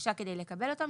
בקשה כדי לקבל אותן,